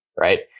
Right